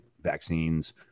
vaccines